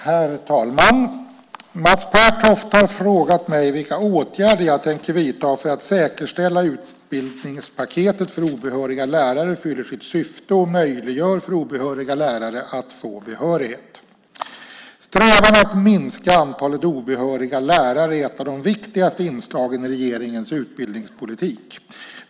Herr talman! Mats Pertoft har frågat mig vilka åtgärder jag tänker vidta för att säkerställa att utbildningspaketet för obehöriga lärare fyller sitt syfte och möjliggör för obehöriga lärare att få behörighet. Strävan att minska antalet obehöriga lärare är ett av de viktigaste inslagen i regeringens utbildningspolitik.